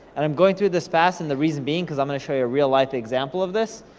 and i'm going through this fast, and the reason being, cause i'm gonna show you a real life example of this.